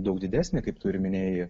daug didesnę kaip tu ir minėjai